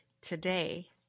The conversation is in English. Today